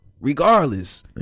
regardless